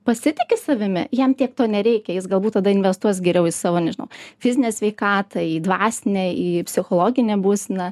pasitiki savimi jam tiek to nereikia jis galbūt tada investuos geriau į savo nežinau fizinę sveikatą į dvasinę į psichologinę būseną